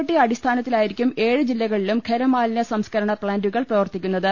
T അടിസ്ഥാനത്തിലായിരിക്കും ഏഴ് ജില്ലകളിലും ഖരമാലിന്യ സംസ്കരണ പ്താന്റുകൾ പ്രവർത്തിക്കു ന്നത്